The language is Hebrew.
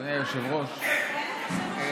אדוני היושב-ראש,